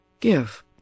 Give